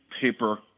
paper